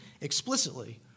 explicitly